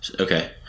okay